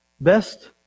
best